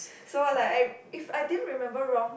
so like I if I didn't remember wrong